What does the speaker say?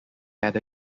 had